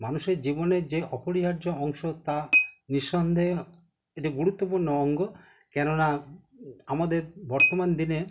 মানুষের জীবনের যে অপরিহার্য অংশ তা নিঃসন্দেহে এটি গুরুত্বপূর্ণ অঙ্গ কেননা আমাদের বর্তমান দিনে